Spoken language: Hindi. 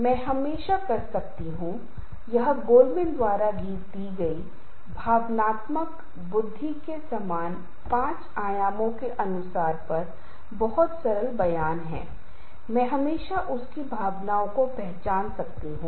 इसलिए संघर्ष को हमेशा बहुत नकारात्मक नहीं माना जाना चाहिए या लिया जाना चाहिए बल्कि इसे सकारात्मक तरीके से भी लिया जाना चाहिए क्योंकि यह हमारे संगठन के लिए हमारे व्यक्तित्व के बदलाव और विकास के लिए मदद कर सकता है